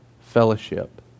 fellowship